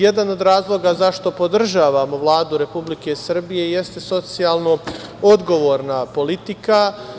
Jedan od razloga zašto podržavamo Vladu Republike Srbije jeste socijalno odgovorna politika.